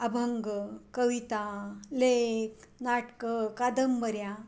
अभंग कविता लेख नाटकं कादंबऱ्या